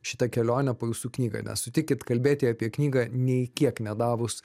šitą kelionę po jūsų knygą nes sutikit kalbėti apie knygą nei kiek nedavus